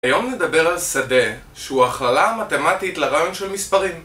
היום נדבר על שדה שהוא ההכללה המתמטית לרעיון של מספרים